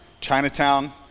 Chinatown